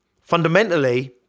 Fundamentally